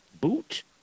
boot